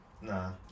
Nah